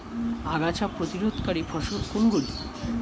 আগাছা প্রতিরোধকারী ফসল কোনগুলি?